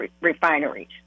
refineries